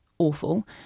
awful